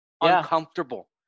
Uncomfortable